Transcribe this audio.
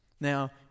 Now